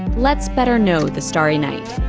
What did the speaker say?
let's better know the starry night.